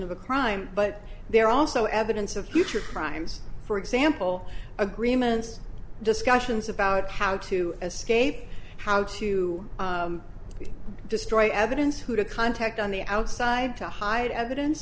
of a crime but they're also evidence of future crimes for example agreements discussions about how to escape how to destroy evidence who to contact on the outside to hide evidence